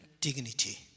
dignity